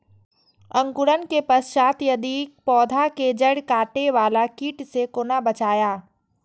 अंकुरण के पश्चात यदि पोधा के जैड़ काटे बाला कीट से कोना बचाया?